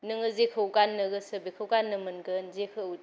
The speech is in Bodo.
नोङो जेखौ गाननो गोसो बेखौ गाननो मोनगोन जेखौ